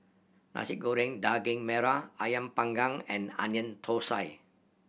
Nasi Goreng Daging Merah Ayam Panggang and Onion Thosai